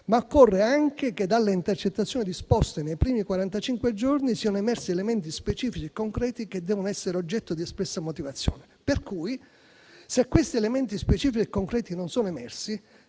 ma occorre anche che dalle intercettazioni disposte nei primi quarantacinque giorni siano emersi elementi specifici e concreti che devono essere oggetto di espressa motivazione. Pertanto, se questi elementi specifici e concreti non sono emersi,